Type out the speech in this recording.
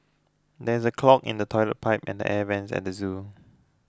there is a clog in the Toilet Pipe and the Air Vents at the zoo